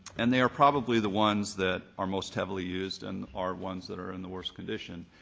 and they are probably the ones that are most heavily used and are ones that are in the worst condition,